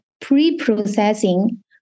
pre-processing